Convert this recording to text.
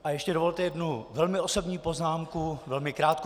A ještě dovolte jednu velmi osobní poznámku, velmi krátkou.